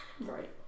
Right